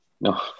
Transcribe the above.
No